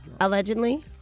Allegedly